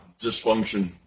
dysfunction